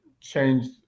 changed